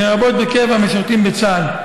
לרבות בקרב המשרתים בצה"ל.